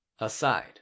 aside